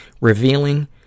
revealing